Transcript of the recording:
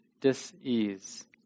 dis-ease